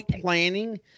planning